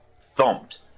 thumped